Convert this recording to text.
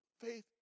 Faith